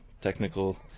technical